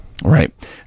Right